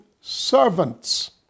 servants